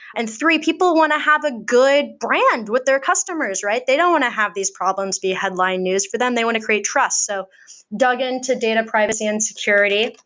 and three people want to have a good brand with their customers, right? they don't want to have these problems be headline news for them. they want to create trust. so dug into data privacy and security.